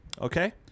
okay